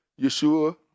Yeshua